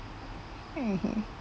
mmhmm